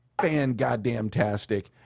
fan-goddamn-tastic